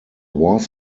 was